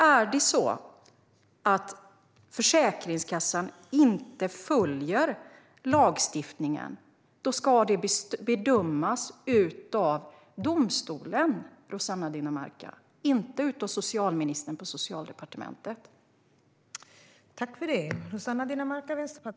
Är det så att Försäkringskassan inte följer lagstiftningen ska det bedömas av domstol, Rossana Dinamarca, inte av socialministern på Socialdepartementet.